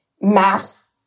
mass